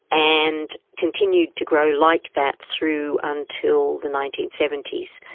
and continued to grow like that through until the nineteen seventy s.